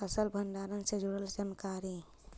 फसल भंडारन से जुड़ल जानकारी?